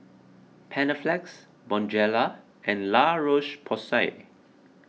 Panaflex Bonjela and La Roche Porsay